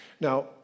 Now